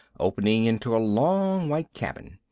opening into a long white cabin.